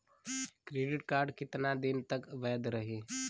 Credit card कितना दिन तक वैध रही?